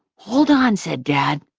hold on, said dad.